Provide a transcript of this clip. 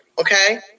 okay